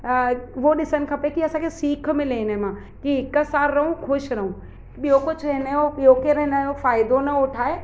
ऐं उहो ॾिसनि खपे की असांखे सीख मिले हिन मां की हिकु सां रहूं ख़ुशि रहूं ॿियो कुझु हिन जो ॿियो केरु हिन जो फ़ाइदो न उठाए